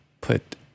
put